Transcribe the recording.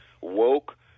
woke